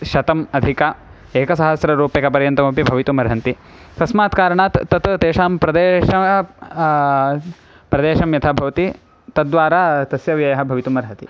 शतम् अधिक एकसहस्ररूप्यकपर्यन्तमपि भवितुम् अर्हन्ति तस्मात् कारणात् तत् तेषां प्रदेशा प्रदेशं यथा भवति तद् द्वारा तस्य व्ययः भवितुम् अर्हति